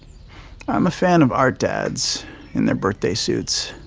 i'm a fan of art dads in their birthday suits.